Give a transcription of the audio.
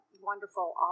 wonderful